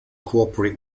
cooperate